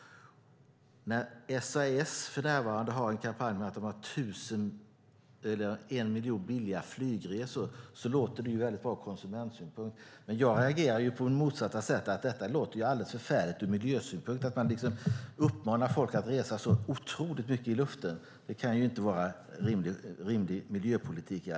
När SAS för närvarande har en kampanj om att de har en miljon billiga flygresor låter det bra ur konsumentsynpunkt. Men jag reagerar på det motsatta sättet: Det låter alldeles förfärligt ur miljösynpunkt att man uppmanar folk att resa så otroligt mycket i luften. Det kan inte vara en rimlig miljöpolitik.